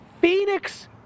Phoenix